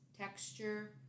texture